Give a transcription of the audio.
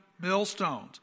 millstones